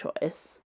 choice